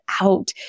out